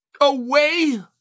away